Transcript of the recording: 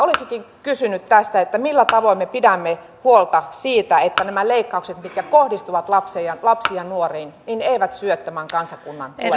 olisinkin kysynyt tästä millä tavoin me pidämme huolta siitä että nämä leikkaukset mitkä kohdistuvat lapsiin ja nuoriin eivät syö tämän kansakunnan tulevaisuutta